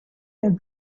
that